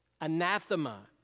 anathema